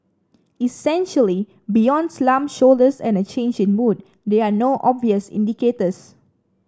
essentially beyond slumped shoulders and a change in mood there are no obvious indicators